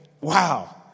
wow